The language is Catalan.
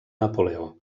napoleó